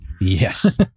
yes